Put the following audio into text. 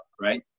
right